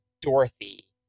Dorothy